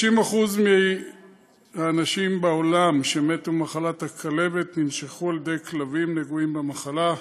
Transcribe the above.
90% מהאנשים בעולם שמתו ממחלת הכלבת ננשכו על ידי כלבים נגועים במחלה.